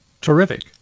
terrific